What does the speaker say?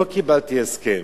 לא קיבלתי הסכם,